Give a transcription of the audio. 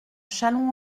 châlons